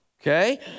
Okay